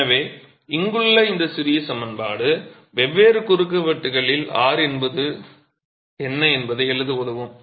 எனவே இங்குள்ள இந்த சிறிய சமன்பாடு வெவ்வேறு குறுக்குவெட்டுகளில் r என்ன என்பதை எழுத உதவும்